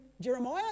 Jeremiah